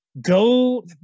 go